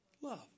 love